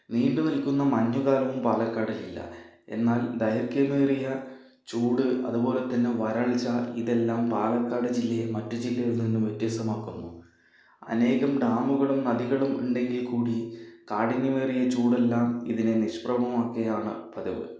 നീണ്ടു നിൽക്കുന്ന മഞ്ഞു കാലവും പാലക്കാടിലില്ല എന്നാൽ ദൈർഘ്യമേറിയ ചൂട് അതുപോലെത്തന്നെ വരൾച്ച ഇതെല്ലാം പാലക്കാട് ജില്ലയെ മറ്റു ജില്ലകളിൽ നിന്നും വ്യത്യസ്തമാക്കുന്നു അനേകം ഡാമുകളും നദികളും ഉണ്ടെങ്കിൽ കൂടി കാഠിന്യമേറിയ ചൂടെല്ലാം ഇതിനെ നിഷ്പ്രഭമാക്കുകയാണ് പതിവ്